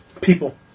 People